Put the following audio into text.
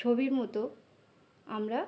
ছবির মতো আমরা